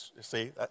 See